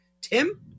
Tim